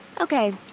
Okay